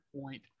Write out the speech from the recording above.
point